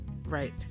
Right